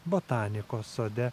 botanikos sode